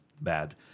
bad